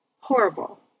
Horrible